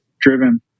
driven